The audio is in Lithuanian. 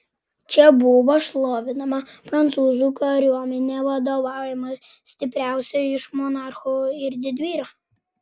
čia buvo šlovinama prancūzų kariuomenė vadovaujama stipriausio iš monarchų ir didvyrio